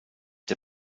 der